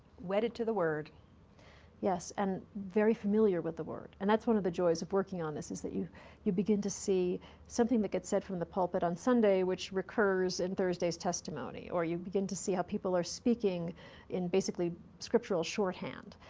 wedded to the word. schiff yes. and very familiar with the word. and that's one of the joys of working on this is that you you begin to see something that gets said from the pulpit on sunday which recurs in thursday's testimony. or you begin to see how people are speaking in, basically, scriptural shorthand.